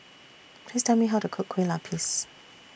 Please Tell Me How to Cook Kueh Lapis